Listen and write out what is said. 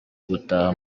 gutaha